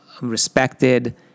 respected